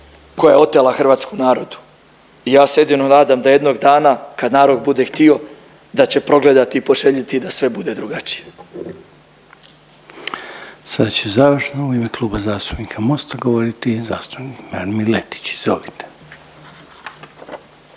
koja je otela hrvatskom narodu i ja se jedino nadam da jednog dana kad narod bude htio, da će progledati i poželjeti da sve bude drugačije.